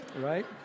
right